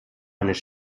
eines